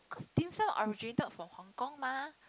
cause dim-sum originated from Hong-Kong mah